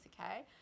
Okay